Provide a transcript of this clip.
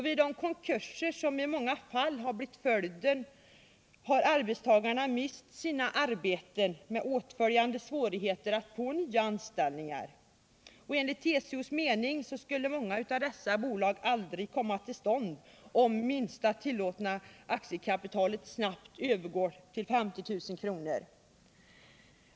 Vid de konkurser som i många fall har blivit följden har arbetstagarna mist sina arbeten, med åtföljande svårigheter att få nya anställningar. Enligt TCO:s mening skulle många sådana bolag aldrig komma till stånd, om det minsta tillåtna aktiekapitalet snabbt övergår till 50 000 kr.